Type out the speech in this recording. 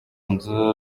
nzu